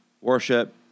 Worship